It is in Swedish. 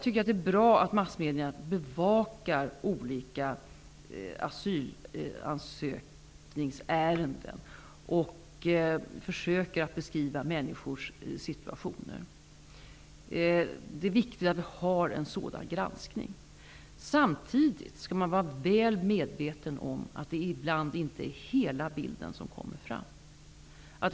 Det är bra att massmedierna bevakar asylansökningsärenden och försöker beskriva situationen för olika människor. Det är viktigt att vi har en sådan granskning. Samtidigt skall man vara väl medveten om att hela bilden inte kommer fram ibland.